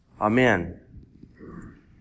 Amen